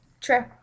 True